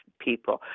people